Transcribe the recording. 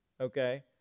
okay